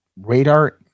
radar